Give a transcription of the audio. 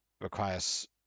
Requires